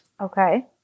Okay